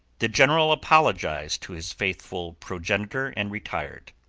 the general apologized to his faithful progenitor and retired.